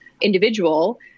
individual